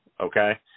okay